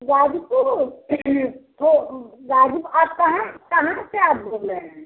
गाज़ीपुर गाजी आप कहाँ कहाँ से आप बोल रहे हैं